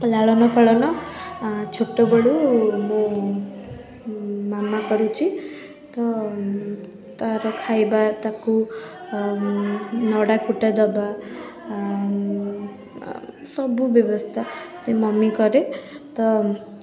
ଲାଳନପାଳନ ଛୋଟବେଳୁ ମୋ ମାମା କରୁଛି ତ ତାହାର ଖାଇବା ତାକୁ ନଡ଼ା କୁଟା ଦେବା ସବୁ ବ୍ୟବସ୍ଥା ସେ ମମି କରେ ତ